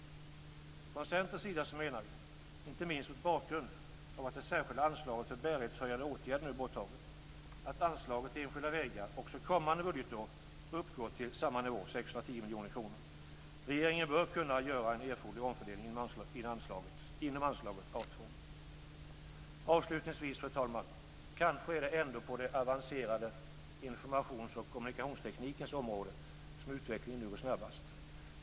Vi från Centern anser, inte minst mot bakgrund av att det särskilda anslaget för bärighetshöjande åtgärder nu är borttaget, att anslaget till enskilda vägar även kommande budgetår bör uppgå till samma nivå, 610 miljoner kronor. Regeringen bör kunna göra erforderlig omfördelning inom anslaget A 2. Fru talman! Avslutningsvis är det kanske ändå på den avancerade informations och kommunikationsteknikens område som utvecklingen nu går snabbast.